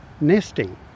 nesting